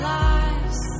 lives